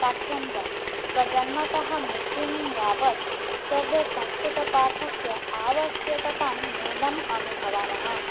पाठ्यं वा प्रजन्मतः मृत्युं यावत् सर्वे संस्कृतपाठस्य आवश्यकतां नूनम् अनुभवामः